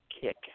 kick